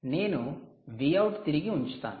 నేను Vout తిరిగి ఉంచుతాను